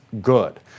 good